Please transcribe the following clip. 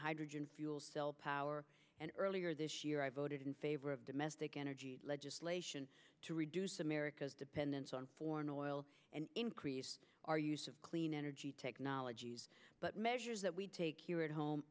hydrogen fuel cell power and earlier this year i voted in favor of domestic energy legislation to reduce america's dependence on foreign oil and increase our use of clean energy technologies but measures that we take here at home